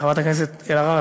חברת הכנסת אלהרר,